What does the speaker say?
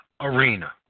arena